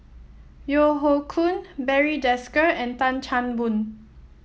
Yeo Hoe Koon Barry Desker and Tan Chan Boon